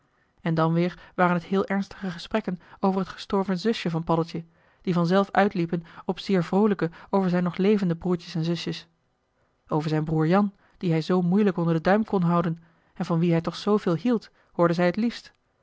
en dan weer waren het heel ernstige gesprekken over het gestorven zusje van paddeltje die vanzelf uitliepen op zeer vroolijke over zijn nog levende broertjes en zusjes over zijn broer jan dien hij zoo moeilijk onder den duim kon houden en van wien hij toch zoo veel hield hoorde zij het liefst